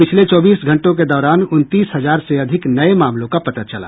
पिछले चौबीस घंटों के दौरान उनतीस हजार से अधिक नए मामलों का पता चला